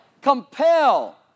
Compel